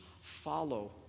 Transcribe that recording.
follow